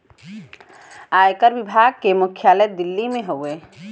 आयकर विभाग के मुख्यालय दिल्ली में हउवे